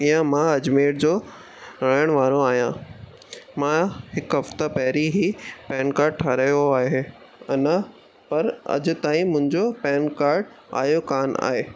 ईअं मां अजमेर जो रहणु वारो आहियां मां हिकु हफ़्तो पहिरीं ई पैन काड ठाहिरायो आहे अञा पर अॼ ताईं मुंहिंजो पैन काड आहियो कोन आहे